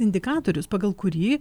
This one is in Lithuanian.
indikatorius pagal kurį